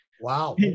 wow